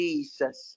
Jesus